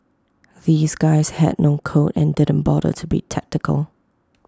these guys had no code and didn't bother to be tactical